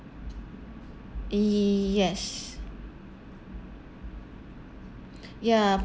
yes ya